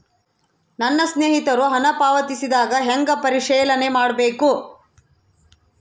ನನ್ನ ಸ್ನೇಹಿತರು ಹಣ ಪಾವತಿಸಿದಾಗ ಹೆಂಗ ಪರಿಶೇಲನೆ ಮಾಡಬೇಕು?